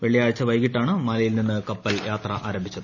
വെള്ളിയാഴ്ച വൈകിട്ടാണ് മാലിയിൽ നിന്നു് കുപ്പൽ യാത്ര ആരംഭിച്ചത്